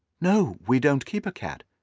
no we don't keep a cat.